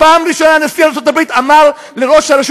פעם ראשונה נשיא ארצות הברית אמר לראש הרשות